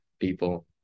people